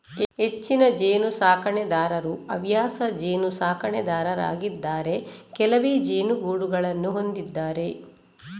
ಹೆಚ್ಚಿನ ಜೇನು ಸಾಕಣೆದಾರರು ಹವ್ಯಾಸ ಜೇನು ಸಾಕಣೆದಾರರಾಗಿದ್ದಾರೆ ಕೆಲವೇ ಜೇನುಗೂಡುಗಳನ್ನು ಹೊಂದಿದ್ದಾರೆ